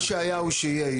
מה שהיה הוא שיהיה,